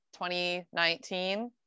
2019